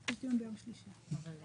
החוק נוגד את חוק מע"מ בצורה מפורשת.